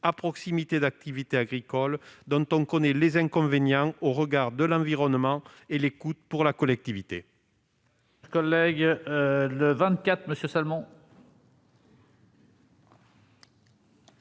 à proximité d'activités agricoles. Nous en connaissons tant les inconvénients au regard de l'environnement que les coûts pour la collectivité.